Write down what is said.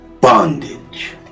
bondage